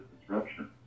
disruption